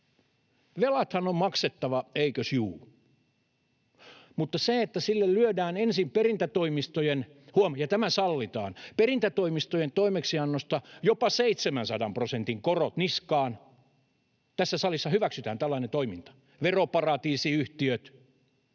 Velathan on maksettava, eikös juu, mutta se, että sille lyödään ensin perintätoimistojen — huom. ja tämä sallitaan — toimeksiannosta jopa 700 prosentin korot niskaan: tässä salissa hyväksytään tällainen toiminta, että veroparatiisiyhtiöt